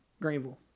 Greenville